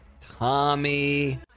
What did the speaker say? Tommy